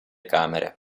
camere